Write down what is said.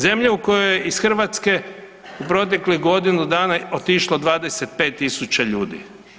Zemlja u kojoj je iz Hrvatske u proteklih godinu dana otišlo 25 tisuća ljudi.